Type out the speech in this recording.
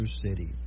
City